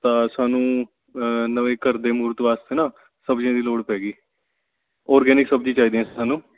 ਤਾਂ ਸਾਨੂੰ ਨਵੇਂ ਘਰ ਦੇ ਮਹੂਰਤ ਵਾਸਤੇ ਨਾ ਸਬਜ਼ੀਆਂ ਦੀ ਲੋੜ ਪੈ ਗਈ ਔਰਗੈਨਿਕ ਸਬਜ਼ੀ ਚਾਹੀਦੀਆਂ ਸੀ ਸਾਨੂੰ